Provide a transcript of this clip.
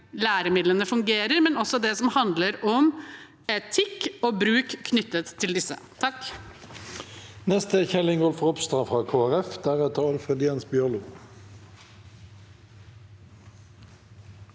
læremidlene fungerer, men også i det som handler om etikk og bruk knyttet til disse